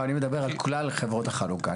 לא, אני מדבר על כלל חברות החלוקה.